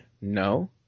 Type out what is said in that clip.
No